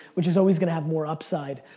which is always gonna have more upside.